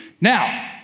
Now